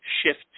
shift